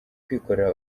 kwikorera